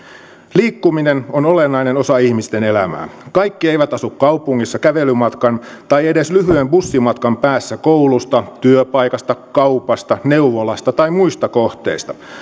liikkuminen on olennainen osa ihmisten elämää kaikki eivät asu kaupungissa kävelymatkan tai edes lyhyen bussimatkan päässä koulusta työpaikasta kaupasta neuvolasta tai muista kohteista